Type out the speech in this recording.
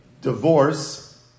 divorce